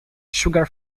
sugar